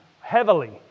heavily